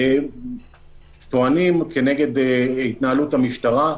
טוענים כנגד התנהלות המשטרה.